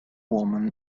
woman